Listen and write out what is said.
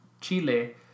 Chile